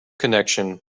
connection